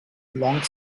long